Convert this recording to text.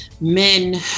men